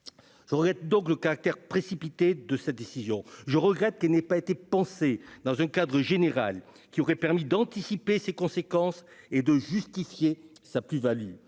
je regrette donc le caractère précipité de cette décision, je regrette qu'elle n'ait pas été pensé dans un cadre général qui aurait permis d'anticiper ses conséquences et de justifier sa plus-Value,